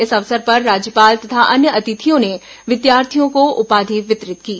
इस अवसर पर राज्यपाल तथा अन्य अतिथियों ने विद्यार्थियों को उपाधि वितरित किए